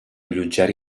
allotjar